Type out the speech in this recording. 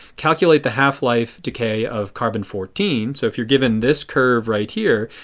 calculate the half-life decay of carbon fourteen. so if you are given this curve right here,